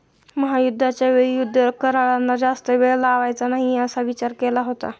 महायुद्धाच्या वेळी युद्ध करारांना जास्त वेळ लावायचा नाही असा विचार केला होता